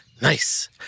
Nice